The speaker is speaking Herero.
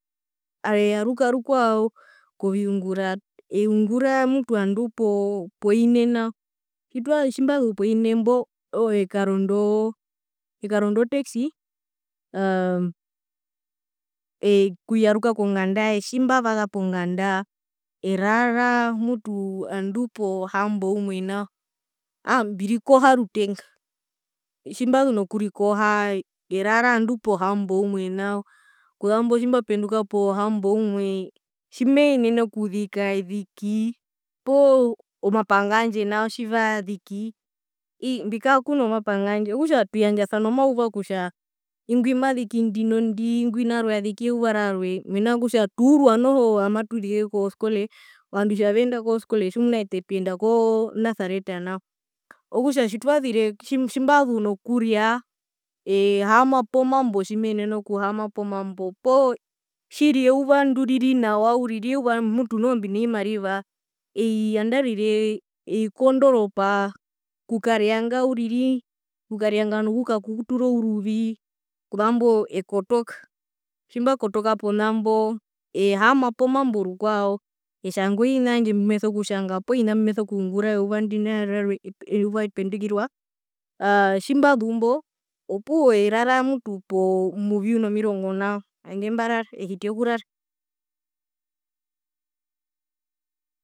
Eyaruka rukwao koviungura eungura mutu ngandu poine nao tjitwa tjimbazu poine mbo ekaronda oo ekaronda o taxi aa ee okuyaruka konganda tjimbavasa ponganda erara mutu andu po hamboumwe nao aaa mbirikoha rutenga tjimbazu nokurikoha erara andu pohamboumwe nao kuzambo tjimbapenduka pohamboumwe tjimenene okuzika eziki poo omapanga yandje nao tjivaziki ii mbikaa kuno mapanga yandje okutja tuyandjasana omayuva kutja ingwi maziki ndinondi ngwina warwe aziki eyuva rarwe mena rokutja tuurwa noho amatuzire koskole ovandu tjiva veenda kozoskole tjimuna etetuyenda konasareta nao okutja tjitwazire tji tjimbazu nokuria eehaama pomambo poo tjiri eyuva ndiriri nawa uriri euva mutu noho mbino vimariva ei nangarire ei kondoropa okukarianga uriri okuraianga nokukatura ouruvi kuzambo ekotoka tjimbakotoka ponambo ehaama pomambo rukwao etjanga ovina vyandje mbimeso kutjanga poo ovina mbimeso kungura eyuva ndina rarwe eyuva ependukirwa aa tjimbazumbo oupwo erara mutu poo muvyu nomirongo nao handje mbara unintelligible.